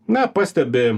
na pastebi